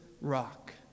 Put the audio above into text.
rock